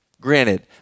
Granted